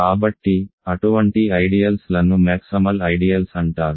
కాబట్టి అటువంటి ఐడియల్ లను గరిష్ట ఐడియల్స్ అంటారు